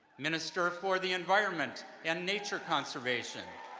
minister for the environment and nature conservation,